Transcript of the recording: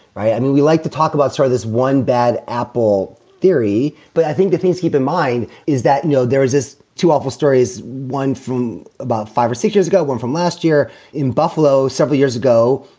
right. i mean, we like to talk about are sort of this one bad apple theory. but i think two things keep in mind is that know, there is this too awful stories. one from about five or six years ago, one from last year in buffalo. several years ago,